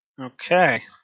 Okay